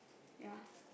ya